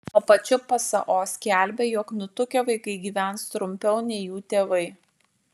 tuo pačiu pso skelbia jog nutukę vaikai gyvens trumpiau nei jų tėvai